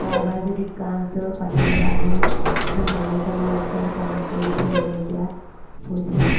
কাৰোবাৰ যদি কাঁহ জ্বৰ পানী লগা হয় সেই মানুহজনৰ ওচৰৰ পৰা আঁতৰি থাকিবলগীয়া হৈছিলে